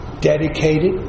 dedicated